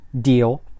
deal